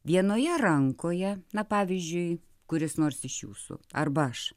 vienoje rankoje na pavyzdžiui kuris nors iš jūsų arba aš